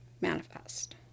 manifest